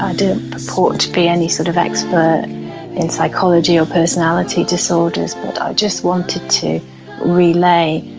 i didn't purport to be any sort of expert in psychology or personality disorders but i just wanted to relay,